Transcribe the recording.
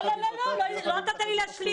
לא, לא נתת לי להשלים.